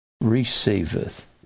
receiveth